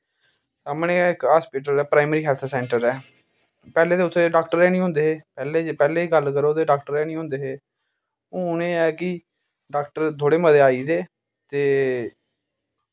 सामने गै इक हस्पिटल प्राईमरी हैल्थ सैंटर ऐ पैह्लैं ते उत्थें डाक्टर गै नी होंदे हे पैह्ले जा पैह्लें दी गल्ल करो ते डाक्टर गै नी होंदे हे हून एह् ऐ कि डाक्टर थोह्ड़े मते आई दे ते